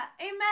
amen